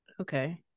Okay